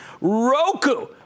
Roku